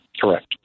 Correct